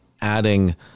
adding